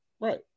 Right